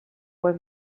were